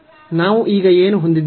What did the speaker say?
ನಾವು ಈಗ ಏನು ಹೊಂದಿದ್ದೇವೆ